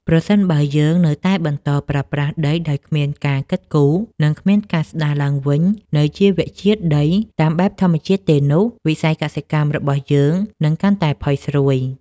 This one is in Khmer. ប្រសិនបើយើងនៅតែបន្តប្រើប្រាស់ដីដោយគ្មានការគិតគូរ និងគ្មានការស្ដារឡើងវិញនូវជីវជាតិដីតាមបែបធម្មជាតិទេនោះ វិស័យកសិកម្មរបស់យើងនឹងកាន់តែផុយស្រួយ។